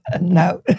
No